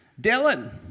Dylan